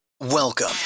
Welcome